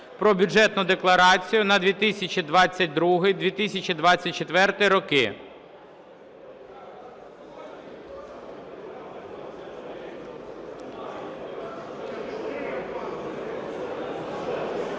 про Бюджетну декларацію на 2022-2024 роки.